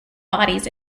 bodies